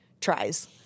tries